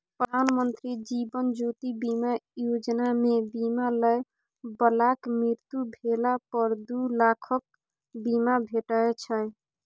प्रधानमंत्री जीबन ज्योति बीमा योजना मे बीमा लय बलाक मृत्यु भेला पर दु लाखक बीमा भेटै छै